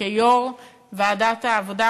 שכיו"ר ועדת העבודה,